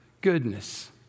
goodness